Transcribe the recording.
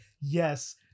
yes